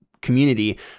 community